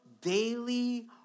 daily